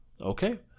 Okay